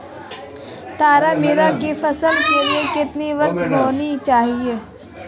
तारामीरा की फसल के लिए कितनी वर्षा होनी चाहिए?